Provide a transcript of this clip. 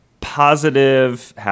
positive